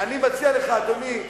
אני מציע לך, אדוני,